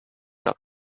not